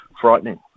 Frightening